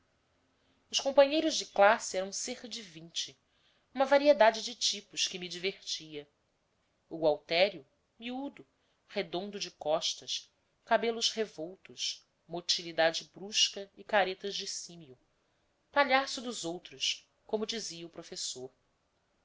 os companheiros de classe eram cerca de vinte uma variedade de tipos que me divertia o gualtério miúdo redondo de costas cabelos revoltos motilidade brusca e caretas de símio palhaço dos outros como dizia o professor